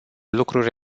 lucruri